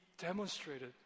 demonstrated